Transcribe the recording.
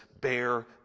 bear